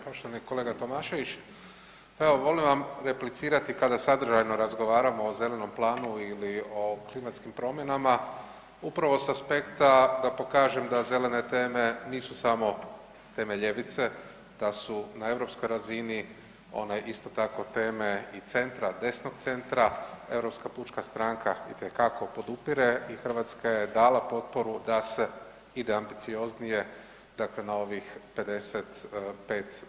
Poštovani kolega Tomašević, evo volim vam replicirati kada sadržajno razgovaramo o zelenom planu ili o klimatskim promjenama upravo s aspekta da pokažem da zelene teme nisu samo teme ljevice, da su na europskoj razini one isto tako teme i centra, desnog centra, Europska pučka stranka itekako podupire i Hrvatska je dala potporu da se ide ambicioznije dakle na ovih 55%